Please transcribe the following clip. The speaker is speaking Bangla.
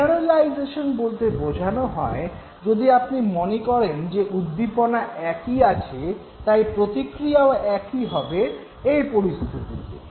জেনারালাইজেশন বলতে বোঝানো হয় যদি আপনি মনে করেন যে উদ্দীপনা একই আছে তাই প্রতিক্রিয়াও একই হবে - এই পরিস্থিতিকে